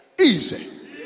easy